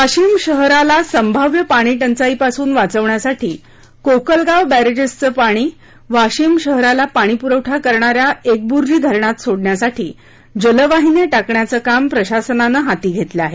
वाशिम शहराला संभाव्य पाणीटंचाईपासून वाचवण्यासाठी कोकलगाव बॅरेजेसचं पाणी वाशिम शहराला पाणीपुरवठा करणाऱ्या एकबुर्जी धरणात सोडण्यासाठी जलवाहिन्या टाकण्याचं काम प्रशासनानं हाती घेतलं आहे